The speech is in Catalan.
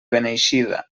beneixida